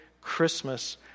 Christmas